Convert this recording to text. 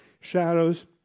Shadows